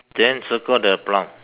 then circle the plum